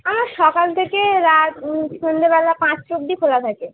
আমার সকাল থেকে রাত সন্ধেবেলা পাঁচটা অবধি খোলা থাকে